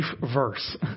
verse